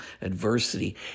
adversity